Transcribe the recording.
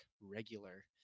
regular